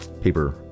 paper